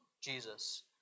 Jesus